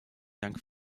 dank